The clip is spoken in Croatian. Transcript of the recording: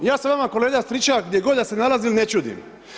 Ja se vama kolega Stričak, gdje god da se nalazili, ne čudim.